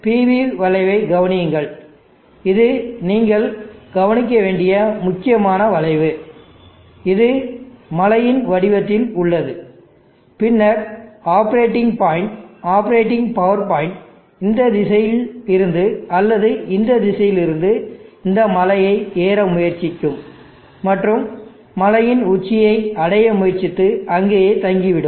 எனவே PV வளைவைக் கவனியுங்கள் இது நீங்கள் கவனிக்க வேண்டிய முக்கியமான வளைவு இது மலையின் வடிவத்தில் உள்ளது பின்னர் operating point operating power point இந்த திசையிலிருந்து அல்லது இந்த திசையிலிருந்து இந்த மலையை ஏற முயற்சிக்கும் மற்றும் மலையின் உச்சியை அடைய முயற்சித்து அங்கேயே தங்கி விடும்